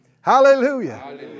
Hallelujah